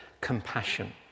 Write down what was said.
compassion